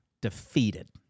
defeated